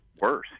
worse